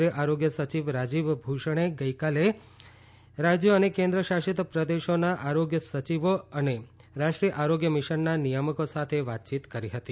કેન્દ્રિય આરોગ્ય સચિવ રાજેશ ભૂષણે ગઇકાલે રાજ્યો અને કેન્દ્ર શાસિત પ્રદેશોના આરોગ્ય સચિવો અને રાષ્ટ્રીય આરોગ્ય મીશનના નિયામકો સાથે વાતયીત કરી હતી